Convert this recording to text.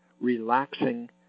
relaxing